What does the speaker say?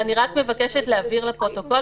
אני רק מבקשת להבהיר לפרוטוקול